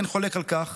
אין חולק על כך